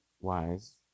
wise